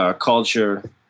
Culture